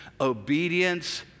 Obedience